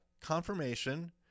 confirmation